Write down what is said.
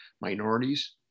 Minorities